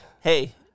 Hey